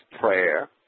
prayer